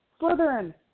Slytherin